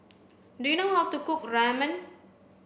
do you know how to cook Ramen